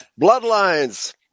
Bloodlines